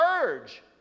Purge